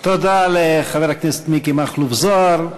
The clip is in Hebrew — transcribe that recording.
תודה לחבר הכנסת מכלוף מיקי זוהר.